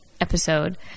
episode